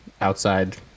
outside